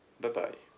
bye bye